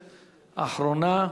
אחרונה,